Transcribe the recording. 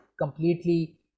completely